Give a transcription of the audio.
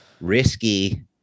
risky